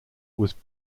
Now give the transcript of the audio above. was